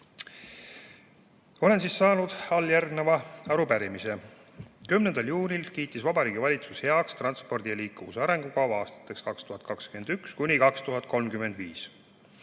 Olen saanud alljärgneva arupärimise."10. juunil kiitis Vabariigi Valitsus heaks "Transpordi ja liikuvuse arengukava 2021–2035",